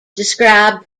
described